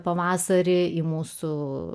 pavasarį į mūsų